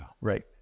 Right